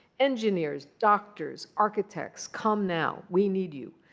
engineers, doctors, architects, come now, we need you.